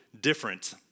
different